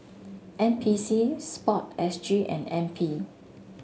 N P C sport S G and N P